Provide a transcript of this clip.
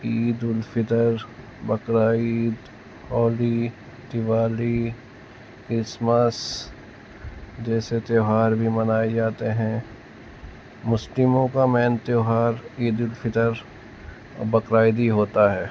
عید ul-Fitr Bakrid Holi Diwali Christmas جیسے تیوہار بھی منائے جاتے ہیں مسلموں کا مین تیوہار عید الفطر اور بقرعید ہی ہوتا ہے